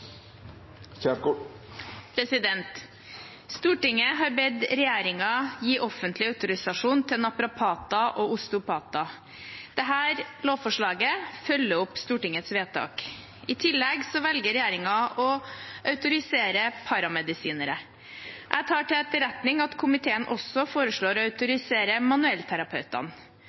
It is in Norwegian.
forsvarskomiteen. Stortinget har bedt regjeringen gi offentlig autorisasjon til naprapater og osteopater. Dette lovforslaget følger opp Stortingets vedtak. I tillegg velger regjeringen å autorisere paramedisinere. Jeg tar til etterretning at komiteen også foreslår å autorisere manuellterapeutene.